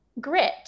grit